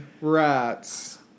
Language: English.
rats